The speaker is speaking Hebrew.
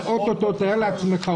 ואו-טו-טו תאר לעצמך,